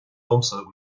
domsa